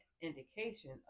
indication